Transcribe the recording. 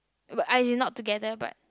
what I in not together but